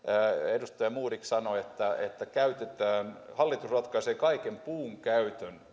edustaja modig sanoi että hallitus ratkaisee kaiken puunkäyttöä